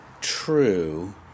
true